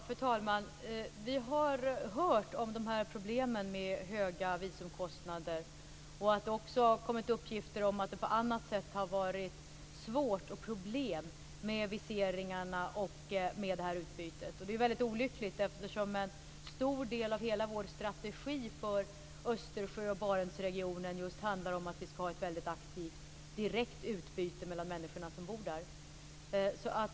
Fru talman! Vi har hört om dessa problem med höga visumkostnader. Det har också kommit uppgifter om att det på annat sätt har varit svårt och problem med viseringarna och med utbytet. Det är väldigt olyckligt eftersom en stor del av hela vår strategi för Östersjö och Barentsregionen just handlar om att vi ska ett väldigt aktivt direkt utbyte mellan människorna som bor där.